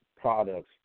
products